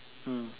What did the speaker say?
mm